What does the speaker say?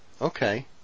okay